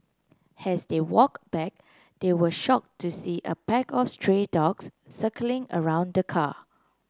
as they walk back they were shock to see a pack of stray dogs circling around the car